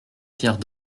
pierre